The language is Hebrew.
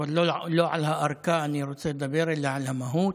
אבל לא על ההארכה אני רוצה לדבר אלא על המהות: